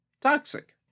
toxic